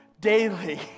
daily